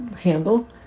handle